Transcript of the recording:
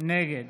נגד